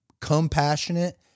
compassionate